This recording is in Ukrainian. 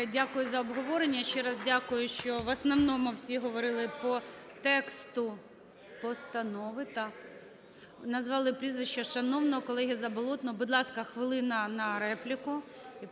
дякую за обговорення. Ще раз дякую, що в основному всі говорили по тексту постанови… Назвали прізвище шановного колеги, Заболотного. Будь ласка, хвилина на репліку.